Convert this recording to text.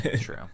true